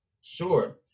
sure